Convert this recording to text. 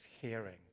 hearing